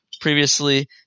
previously